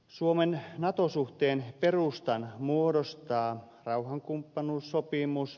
suomen nato suhteen perustan muodostaa rauhankumppanuussopimus